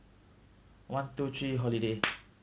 one two three holiday